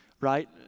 right